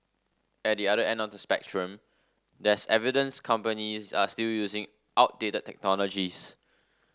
at the other end of the spectrum there's evidence companies are still using outdated technologies